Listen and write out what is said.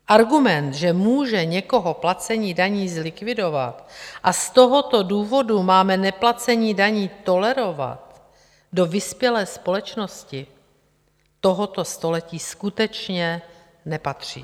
Argument, že může někoho placení daní zlikvidovat a z tohoto důvodu máme neplacení daní tolerovat, do vyspělé společnosti tohoto století skutečně nepatří.